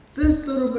this little man.